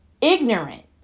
ignorant